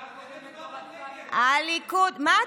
הליכוד, הממשלה הקודמת לא רצתה לבדוק.